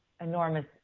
Enormous